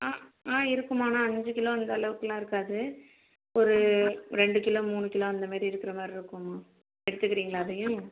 ஆ ஆ இருக்குதும்மா ஆனால் அஞ்சு கிலோ அந்த அளவுக்கெலாம் இருக்காது ஒரு ரெண்டு கிலோ மூணு கிலோ அந்தமாதிரி இருக்கிற மாதிரி இருக்குதும்மா எடுத்துகிறீங்களா அதையும்